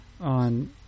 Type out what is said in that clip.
on